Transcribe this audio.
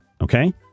okay